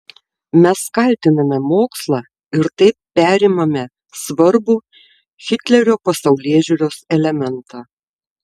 mes kaltiname mokslą ir taip perimame svarbų hitlerio pasaulėžiūros elementą